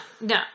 no